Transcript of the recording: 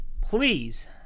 Please